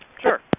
Sure